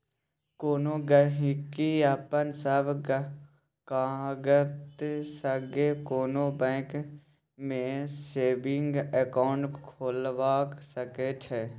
कोनो गहिंकी अपन सब कागत संगे कोनो बैंक मे सेबिंग अकाउंट खोलबा सकै छै